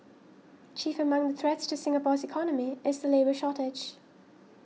chief among the threats to Singapore's economy is the labour shortage